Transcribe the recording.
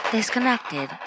Disconnected